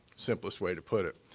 simplest way to put it.